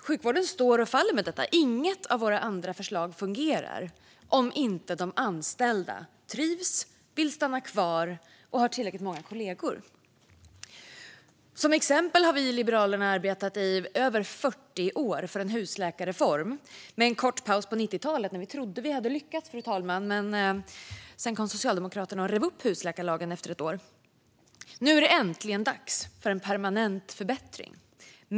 Sjukvården står och faller med detta. Inget av våra andra förslag fungerar om de anställda inte trivs, vill stanna kvar och har tillräckligt många kollegor. Som exempel har vi i Liberalerna arbetat i över 40 år för en husläkarreform, med en kort paus på 90-talet då vi trodde att vi hade lyckats. Sedan kom dock Socialdemokraterna efter ett år och rev upp husläkarlagen. Nu är det äntligen dags för en permanent förbättring.